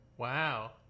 Wow